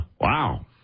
Wow